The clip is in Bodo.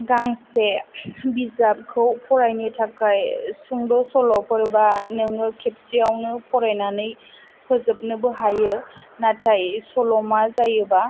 गांसे बिजाबखौ फरायनो थाखाय सुंद' सल'फोरबा नोङो खेबसेयावनो फरायनानै फोजोबनोबो हायो नाथाय सल'मा जायोबा